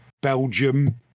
Belgium